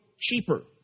cheaper